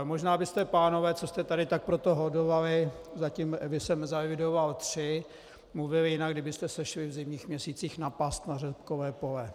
Možná byste, pánové, co jste tady tak pro to holdovali, zatím jsem zaevidoval tři, mluvili jinak, kdybyste se šli v zimních měsících napást na řepkové pole.